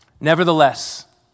Nevertheless